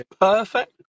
Perfect